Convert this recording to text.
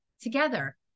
Together